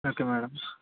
okay madam